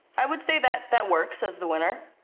i would say that that works as the winner.